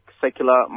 secular